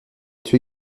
tué